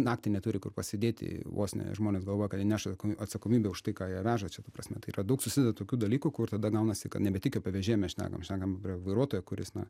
naktį neturi kur pasidėti vos ne žmonės galvoja kad jie neša atsakomybę už tai ką jie veža čia ta prasme tai yra daug susideda tokių dalykų kur tada gaunasi kad nebe tik apie vežėją mes šnekam šnekam apie vairuotoją kuris na